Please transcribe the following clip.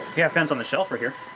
you have fans on the shelf right here.